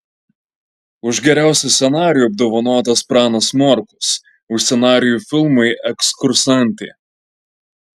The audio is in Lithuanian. už geriausią scenarijų apdovanotas pranas morkus už scenarijų filmui ekskursantė